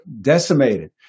decimated